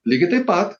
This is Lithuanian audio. lygiai taip pat